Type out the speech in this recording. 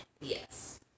Yes